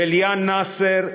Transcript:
וליאן נאסר,